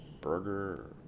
burger